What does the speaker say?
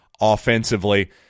offensively